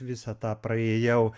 visą tą praėjau